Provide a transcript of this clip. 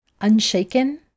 unshaken